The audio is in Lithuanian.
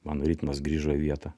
mano ritmas grįžo į vietą